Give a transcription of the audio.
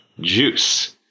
juice